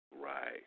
Right